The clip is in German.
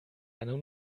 einer